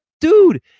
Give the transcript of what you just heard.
dude